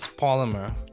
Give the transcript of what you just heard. polymer